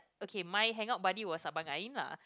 okay my hangout buddy was abang Ain